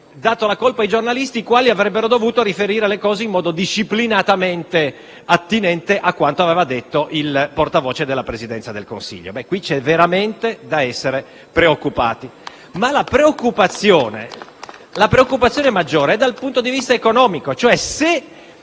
dato la colpa ai giornalisti, i quali avrebbero dovuto riferire le cose in modo disciplinatamente attinente a quanto detto dal portavoce della Presidenza del Consiglio. *(Applausi dal Gruppo FI-BP)*. Ma la preoccupazione maggiore è dal punto di vista economico. Se